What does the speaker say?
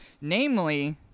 namely